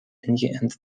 ingeënt